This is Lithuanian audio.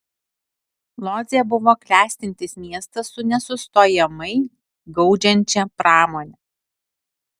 lodzė buvo klestintis miestas su nesustojamai gaudžiančia pramone